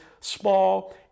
small